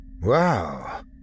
Wow